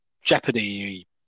jeopardy